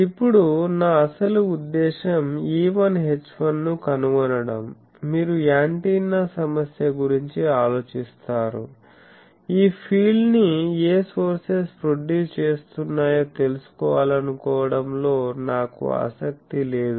ఇప్పుడు నా అసలు ఉద్దేశ్యం E1 H1 ను కనుగొనడం మీరు యాంటెన్నా సమస్య గురించి ఆలోచిస్తారు ఈ ఫీల్డ్ ని ఏ సోర్సెస్ ప్రొడ్యూస్ చేస్తున్నాయో తెలుసుకోవాలనుకోవడంలో నాకు ఆసక్తి లేదు